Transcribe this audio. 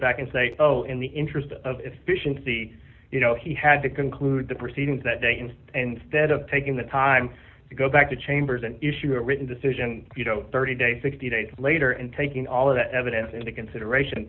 back and say oh in the interest of efficiency you know he had to conclude the proceedings that day in and stead of taking the time to go back to chambers and issue a written decision thirty days sixty days later and taking all of that evidence into consideration